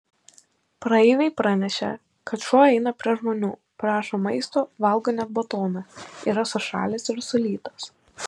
praeiviai pranešė kad šuo eina prie žmonių prašo maisto valgo net batoną yra sušalęs ir sulytas